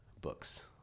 books